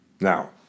Now